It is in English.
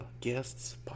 guests